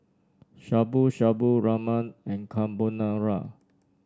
Shabu Shabu Ramen and Carbonara